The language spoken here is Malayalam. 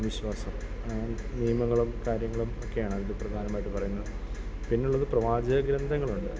വിശ്വാസം നിയമങ്ങളും കാര്യങ്ങളും ഒക്കെയാണ് അതിൽ പ്രധാനമായിട്ടും പറയുന്നത് പിന്നെയുള്ളത് പ്രവാചക ഗ്രന്ഥങ്ങളുണ്ട്